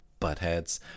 buttheads